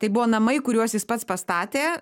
tai buvo namai kuriuos jis pats pastatė